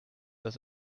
das